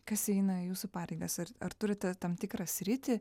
kas eina jūsų pareigas ar ar turite tam tikrą sritį